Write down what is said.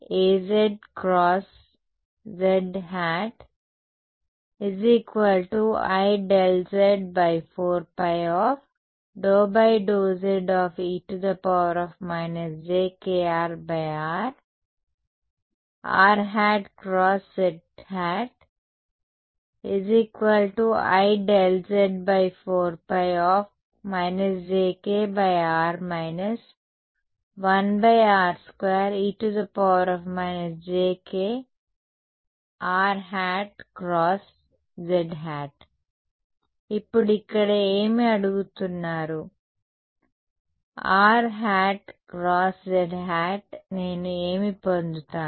H 1μAzzIz4π∂z r z Iz4π jkr 1 r2e jkrr z ఇప్పుడు ఇక్కడ ఏమి అడుగుతున్నారు rˆ× zˆ నేను ఏమి పొందుతాను